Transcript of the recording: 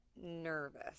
nervous